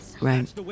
Right